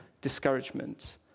discouragement